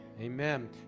Amen